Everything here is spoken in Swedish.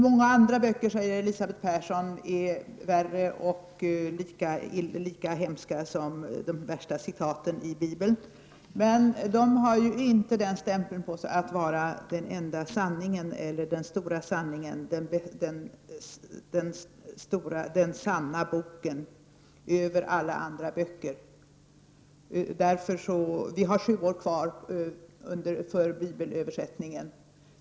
Många andra böcker, säger Elisabeth Persson, är värre eller lika hemska som de värsta citaten i Bibeln. Men de har ju inte den stämpeln på sig att det skall vara den stora sanningen, den sanna boken över alla andra böcker. Vi har sju år kvar för bibelöversättningen.